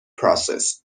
process